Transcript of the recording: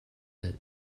hill